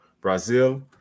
Brazil